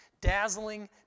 dazzling